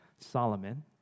Solomon